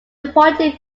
appointing